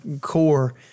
core